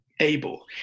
able